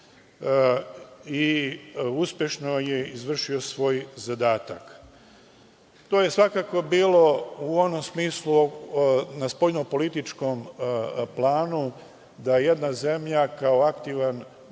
i uspešno je izvršio svoj zadatak. To je svakako bilo u onom smislu na spoljno političkom planu da jedna zemlja kao aktivan činilac